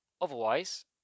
otherwise